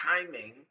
timing